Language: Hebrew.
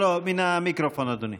מהמיקרופון, אדוני.